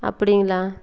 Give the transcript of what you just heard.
அப்படிங்களா